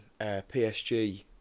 PSG